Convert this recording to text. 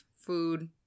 food